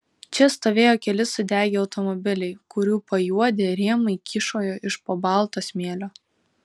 čia stovėjo keli sudegę automobiliai kurių pajuodę rėmai kyšojo iš po balto smėlio